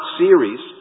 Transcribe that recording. series